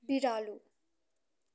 बिरालो